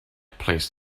place